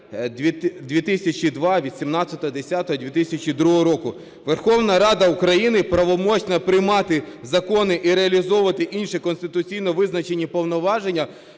Верховна Рада України правомочна приймати закони і реалізовувати інші конституційно визначені повноваження